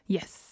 Yes